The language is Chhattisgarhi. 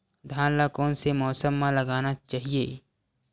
धान ल कोन से मौसम म लगाना चहिए?